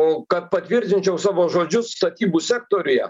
o kad patvirtinčiau savo žodžius statybų sektoriuje